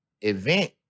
event